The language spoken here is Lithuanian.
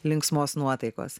linksmos nuotaikos